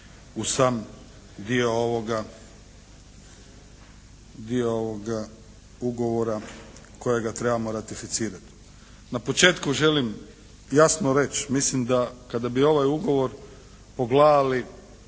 u sam dio ovoga ugovora kojega trebamo ratificirati. Na početku želim jasno reći, mislim da kada bi ovaj ugovor pogledali